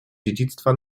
dziedzictwa